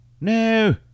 no